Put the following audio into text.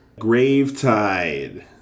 Gravetide